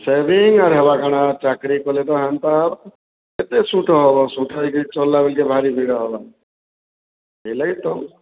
saving ଆର୍ ହେବା କାଣା ଚାକ୍ରୀ କଲେ ତ ହେନ୍ତା କେତେ ସୁଦ୍ଧ ହେବ ସୁଦ୍ଧ ନେଇ ଚାଲିଲା ବେଲ୍କେ ଭାରି ଭିଡ଼ ହବା ସେଇ ଲାଗି ତ